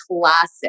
classic